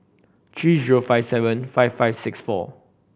three zero five seven five five six four